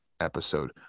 episode